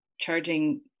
charging